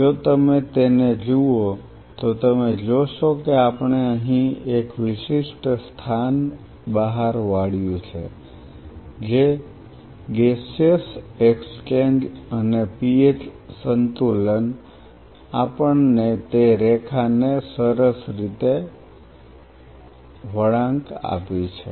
જો તમે તેને જુઓ તો તમે જોશો કે આપણે અહીં એક વિશિષ્ટ સ્થાન બહાર વાળ્યું છે જે ગૅસિયસ એક્સચેન્જ અને pH સંતુલન આપણે તે રેખા ને સરસ રીતે વળાંક આપી છે